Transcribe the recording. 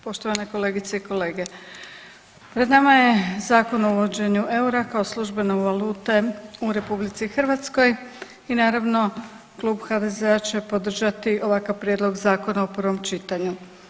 Poštovane kolegice i kolege, pred nama je Zakon o uvođenju eura kao službene valute u RH i naravno, Klub HDZ-a će podržati ovakav prijedlog Zakona u prvom čitanju.